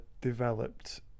developed